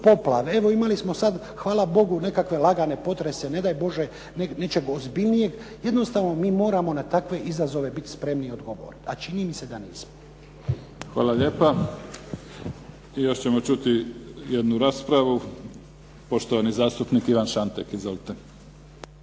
Evo imali smo sada, hvala Bogu nekakve lagane potrese, ne daj Bože nečega ozbiljnijeg. Jednostavno mi moramo na takve izazove biti spremni i odgovorni, a čini mi se da nismo. **Mimica, Neven (SDP)** Hvala lijepa. I još ćemo čuti jednu raspravu, poštovani zastupnik Ivan Šantek. Izvolite.